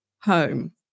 home